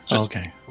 Okay